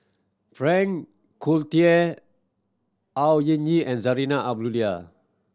Frank Cloutier Au Hing Yee and Zarinah Abdullah